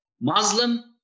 Muslim